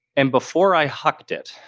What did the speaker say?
and before i hocked it,